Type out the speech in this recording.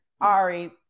Ari